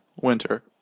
Winter